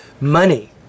money